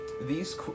these-